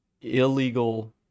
illegal